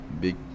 big